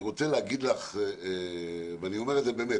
אני רוצה להגיד לך ואני אומר את זה באמת,